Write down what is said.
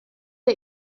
der